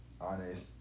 honest